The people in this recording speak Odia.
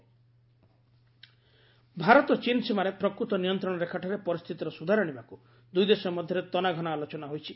ଇଣ୍ଡୋ ଚୀନ ଏଗ୍ରିମେଣ୍ଟ ଭାରତ ଚୀନ ସୀମାରେ ପ୍ରକୃତ ନିୟନ୍ତ୍ରଣରେଖାଠାରେ ପରିସ୍ଥିତିରେ ସୁଧାର ଆଶିବାକୁ ଦୁଇଦେଶ ମଧ୍ୟରେ ତନାଘନା ଆଲୋଚନା ହୋଇଛି